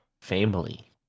family